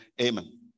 Amen